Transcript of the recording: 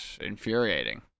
infuriating